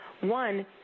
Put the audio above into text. One